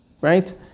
right